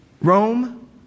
Rome